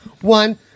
One